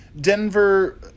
Denver –